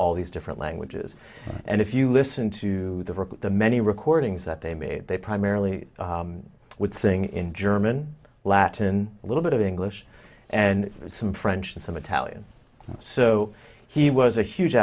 all these different languages and if you listen to the many recordings that they made they primarily with thing in german latin a little bit of english and some french and some italian so he was a huge